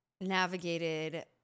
navigated